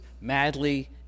madly